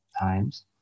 times